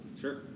sure